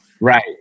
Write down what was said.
right